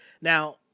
now